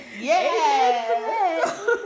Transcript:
Yes